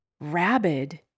rabid